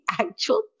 actual